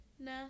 No